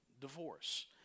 divorce